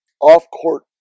off-court